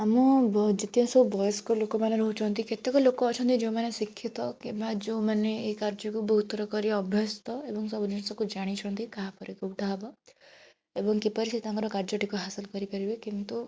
ଆମ ଯେତିକି ସବୁ ବୟସ୍କ ଲୋକମାନେ ରହୁଛନ୍ତି କେତେକ ଲୋକ ଅଛନ୍ତି ଯେଉଁମାନେ ଶିକ୍ଷିତ କିମ୍ବା ଯେଉଁମାନେ ଏଇ କାର୍ଯ୍ୟକୁ ବହୁତ ଥର କରି ଅଭ୍ୟସ୍ତ ଏବଂ ସବୁ ଜିନିଷକୁ ଜାଣିଛନ୍ତି କାହା ପରେ କେଉଁଟା ହବ ଏବଂ କିପରି ସେ ତାଙ୍କର କାର୍ଯ୍ୟଟିକୁ ହାସଲ କରିପାରିବେ କିନ୍ତୁ